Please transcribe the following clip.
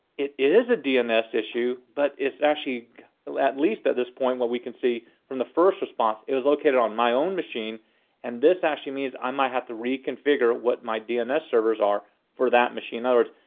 it is a dns issue, but it's actually at least at this point what we can see from the first response is located on my own machine and this actually means i might have to reconfigure what my dns servers are for that machine. in other words,